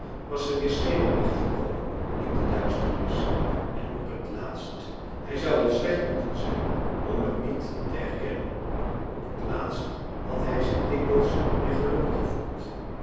was er weer schemerlicht gekomen in de duisternis en op het laatst hij zou wel slecht moefrançois haverschmidt familie en kennissen ten zijn om het niet te erkennen op het laatst had hij zich dikwijls weer gelukkig gevoeld